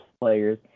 players